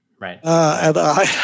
right